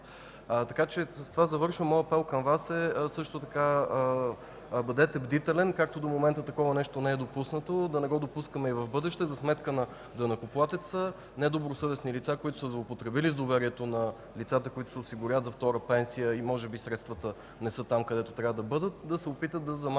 факт. С това завършваме. Моят апел към Вас е също така: бъдете бдителен, както до момента такова нещо не е допуснато, да не го допускаме и в бъдеще за сметка на данъкоплатеца – недобросъвестни лица, които са злоупотребили с доверието на лицата, които се осигуряват за втора пенсия и може би средствата не са там, където трябва да бъдат, да се опитат да замажат